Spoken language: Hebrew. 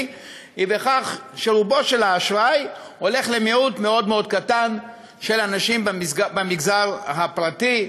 היא שרובו של האשראי הולך למיעוט מאוד מאוד קטן של אנשים במגזר הפרטי,